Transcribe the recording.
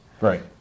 Right